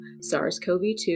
SARS-CoV-2